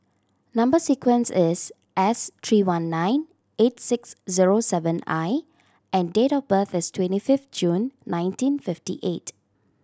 number sequence is S three one nine eight six zero seven I and date of birth is twenty fifth June nineteen fifty eight